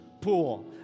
pool